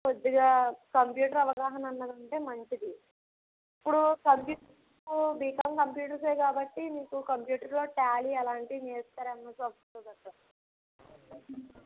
కొద్దిగా కంప్యూటర్ అవగాహన అన్నది ఉంటే మంచిది ఇప్పుడు కంప్యూటర్స్ బీకామ్ కంప్యూటర్స్యే కాబట్టి మీకు కంప్యూటర్లో టాలీ ఆలాంటివి నేర్పుతారు